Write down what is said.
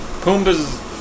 Pumbaa's